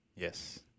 Yes